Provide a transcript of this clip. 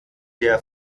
der